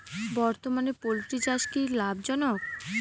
বর্তমানে পোলট্রি চাষ কি লাভজনক?